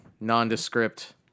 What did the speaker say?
nondescript